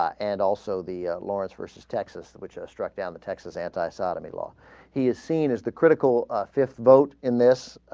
and also the ah. lawrence rice's texas which a struck down the texas anti sodomy law he is seen as the critical a fifth vote in this ah.